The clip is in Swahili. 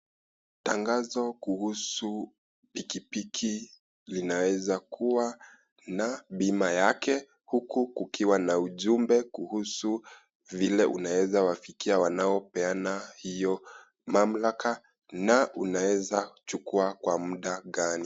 Tangazo kuhusu pikipiki linaweza kua na bima yake huku kukiwa na ujumbe kuhusu vile unaeza wafikia wanaopeana hiyo mamlaka na unaeza chukua kwa muda gani.